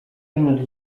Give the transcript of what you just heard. minut